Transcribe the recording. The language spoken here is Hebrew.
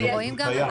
זה קיים.